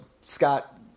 Scott